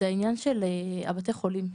וזה העניין של בתי החולים.